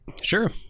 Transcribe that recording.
Sure